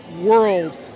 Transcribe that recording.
world